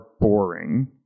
boring